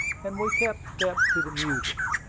and we kept step to the music.